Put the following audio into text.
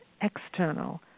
external